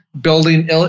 building